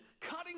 cutting